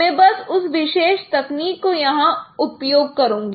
मैं बस उस विशेष तकनीक को यहां उपयोग करुंगा